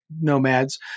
nomads